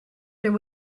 there